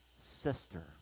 sister